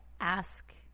ask